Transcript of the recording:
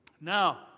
now